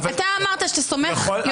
אמרת שאתה סומך יותר.